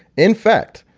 in fact,